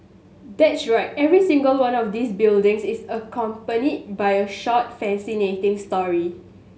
that's right every single one of these buildings is accompanied by a short fascinating story